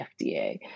FDA